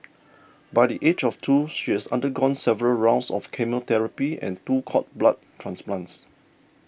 by the age of two she has undergone several rounds of chemotherapy and two cord blood transplants